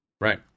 Right